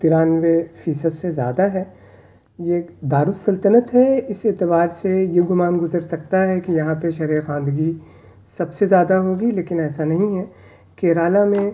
ترانوے فیصد سے زیادہ ہے یہ ایک دارالسلطنت ہے اس اعتبار سے یہ گمان گزر سکتا ہے کہ یہاں پہ شرح خواندگی سب سے زیادہ ہوگی لیکن ایسا نہیں ہے کیرالا میں